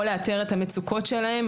יכול לאתר את המצוקות שלהם.